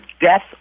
death